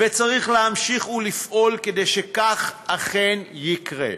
וצריך להמשיך ולפעול כדי שכך אכן יקרה.